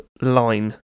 line